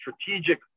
strategic